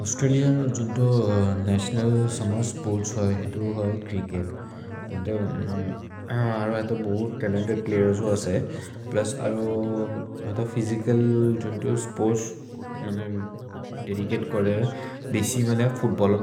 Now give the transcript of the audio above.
औस्त्रलिअन् जुन्तो नतिओनल् सम स्पोर्त्स् है, हितु है च्रिच्केत्। जन्ते अरो हत बोहोत् तलेन्तेद् प्लयेर्स् हो अस है। प्लुस् अरो हत फ्य्सिचल् जुन्तो स्पोर्त्स् नने देदिचते करे, बेसि मेने फूत्बल्ल्,